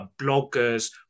bloggers